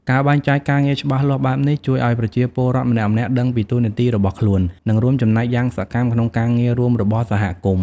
ការបែងចែកការងារច្បាស់លាស់បែបនេះ ជួយឲ្យប្រជាពលរដ្ឋម្នាក់ៗដឹងពីតួនាទីរបស់ខ្លួន និងរួមចំណែកយ៉ាងសកម្មក្នុងការងាររួមរបស់សហគមន៍។